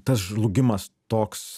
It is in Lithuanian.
tas žlugimas toks